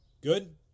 good